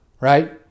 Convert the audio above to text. right